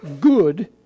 good